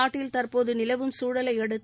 நாட்டில் தற்போது நிலவும் குழலையடுத்து